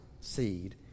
seed